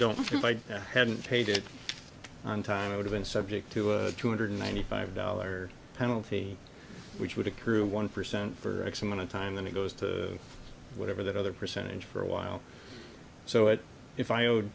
don't if i hadn't paid it on time i would have been subject to a two hundred ninety five dollar penalty which would accrue one percent for x amount of time then it goes to whatever that other percentage for a while so what if i ow